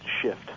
shift